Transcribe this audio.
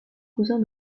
cousin